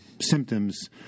symptoms